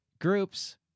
groups